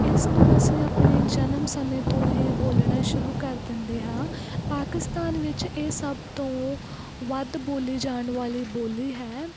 ਇਸ ਨੂੰ ਅਸੀਂ ਆਪਣੇ ਜਨਮ ਸਮੇਂ ਤੋਂ ਹੀ ਬੋਲਣਾ ਸ਼ੁਰੂ ਕਰ ਦਿੰਦੇ ਹਾਂ ਪਾਕਿਸਤਾਨ ਵਿੱਚ ਇਹ ਸਭ ਤੋਂ ਵੱਧ ਬੋਲੀ ਜਾਣ ਵਾਲੀ ਬੋਲੀ ਹੈ